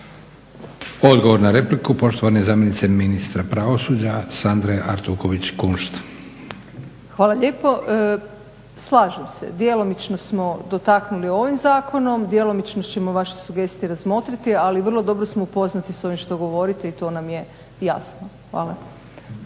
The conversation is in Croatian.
Odgovor na repliku poštovana zamjenica ministra pravosuđa Sandra Artuković-Kunšt. **Artuković Kunšt, Sandra** Hvala lijepo. Slažem se djelomično smo dotaknuli ovim zakonom, djelomično ćemo vaše sugestije razmotriti ali vrlo dobro smo upoznati s ovim što govorite i to nam je jasno. Hvala.